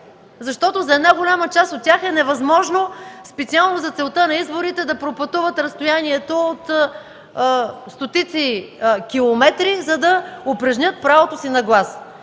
защото за една голяма част от тях е невъзможно специално за целта на изборите да пропътуват разстоянието от стотици километри, за да упражнят правото си на глас.